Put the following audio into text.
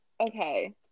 okay